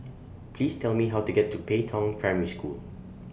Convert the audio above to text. Please Tell Me How to get to Pei Tong Primary School